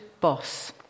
boss